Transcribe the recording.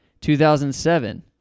2007